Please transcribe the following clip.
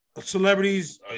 celebrities